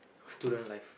student life